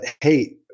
hey